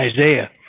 Isaiah